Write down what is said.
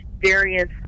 various